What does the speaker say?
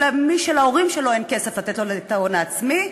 מי שלהורים שלו אין כסף כדי לתת לו את ההון העצמי,